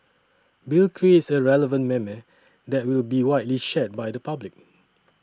Bill creates a relevant meme that will be widely shared by the public